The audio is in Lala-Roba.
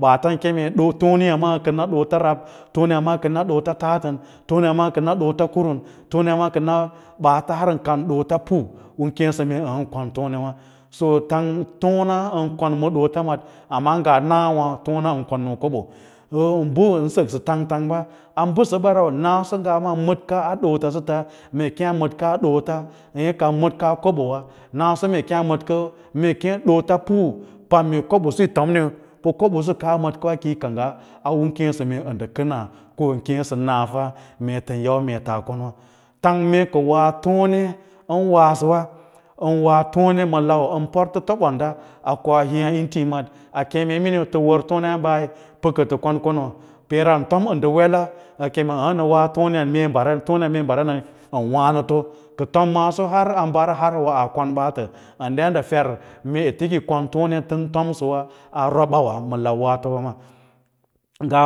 Baatan keme toneyi maa kana doots rab tan ya mma ka doots tatan toneya maa ka doots kwu toneya ma kana doots baas har an kan doots pu keida mee an kwan tonewa tang tona ɓan kon ma soots mad, ama nga a nawa tona an kon ma kobo mbən səksə tang tanf ba a basa ba rau naso maa ndan madkaa dots sata mee kee a madkaa dots kobowa naso mee a madka mee kem doots pu kobo usu tomni kob’usu kaa madkwa kiyi kangga u kee mee nda kana kon kee nauffa mee tan yau mee tas konwa tang mee ka waa tone an waasawa anwaa tone ma lau an porta tobonda koa niiya nstri mad, a kee minui tə war tona hambai pata kon kono, peera an tom a nda wela akem wani na waa toneyan mee mbaran na anda wanta a tom maaso har a mbara awoa kon baata a nda yadda fer ete mee kiyi kon tone tantom sawa a robawa ma kawar towa wa